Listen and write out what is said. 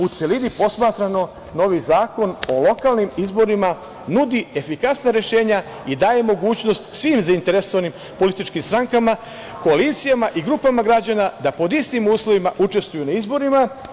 U celini posmatrano, novi Zakon o lokalnim izbornima nudi efikasna rešenja i daje mogućnost svim zainteresovanim političkim strankama, koalicijama i grupama građana da pod istim uslovima učestvuju na izborima.